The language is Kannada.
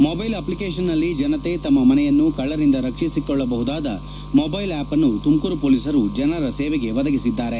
ಮೊಬೈಲ್ ಅಪ್ಲಿಕೇಶನ್ನಲ್ಲಿ ಜನತೆ ತಮ್ಮ ಮನೆಯನ್ನು ಕಳ್ಳರಿಂದ ರಕ್ಷಿಸಿಕೊಳ್ಳಬಹುದಾದ ಮೊಬೈಲ್ ಆಪ್ ಅನ್ನು ತುಮಕೂರು ಪೊಲೀಸರು ಜನರ ಸೇವೆಗೆ ಒದಗಿಸಿದ್ದಾರೆ